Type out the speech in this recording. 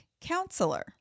counselor